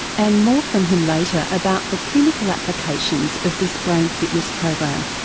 and more from him later about the clinical applications of this brain fitness program.